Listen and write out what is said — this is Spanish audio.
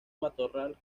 matorral